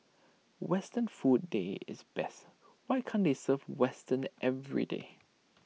western food day is best why can't they serve western everyday